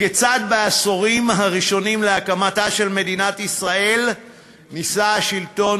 כיצד בעשורים הראשונים אחרי הקמתה של מדינת ישראל ניסה שלטון